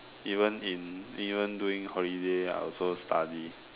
even in even during holiday I also study